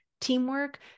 teamwork